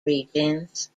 regions